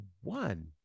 one